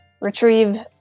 retrieve